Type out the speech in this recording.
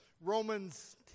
Romans